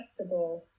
testable